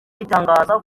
bitangaza